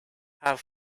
have